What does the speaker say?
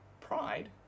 pride